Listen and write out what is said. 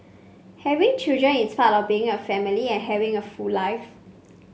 having children is part of being a family and having a full life